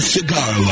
Cigar